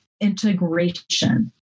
integration